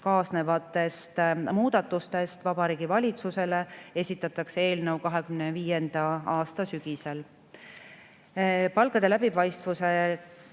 kaasnevatest muudatustest. Vabariigi Valitsusele esitatakse eelnõu 2025. aasta sügisel. Palkade läbipaistvuse